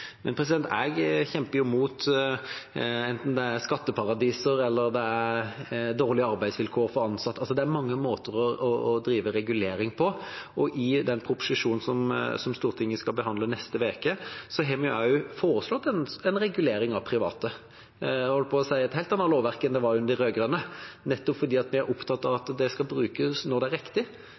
Men enten det er skatteparadiser eller det er dårlige arbeidsvilkår for ansatte, kjemper jeg mot det. Det er mange måter å drive regulering på, og i den proposisjonen som Stortinget skal behandle neste uke, har vi også foreslått en regulering av private. Jeg holdt på å si at det blir et helt annet lovverk enn det var under de rød-grønne, nettopp fordi vi er opptatt av at det skal brukes når det er riktig.